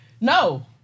no